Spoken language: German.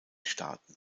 staaten